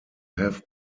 have